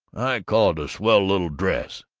i call it a swell little dress.